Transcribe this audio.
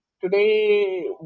today